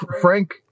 Frank